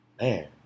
man